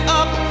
up